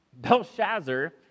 Belshazzar